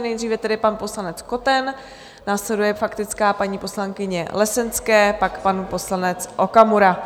Nejdříve tedy pan poslanec Koten, následuje faktická paní poslankyně Lesenské, pak pan poslanec Okamura.